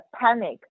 panic